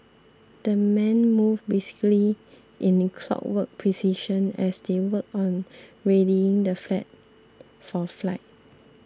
the men moved briskly in clockwork precision as they worked on readying the flag for flight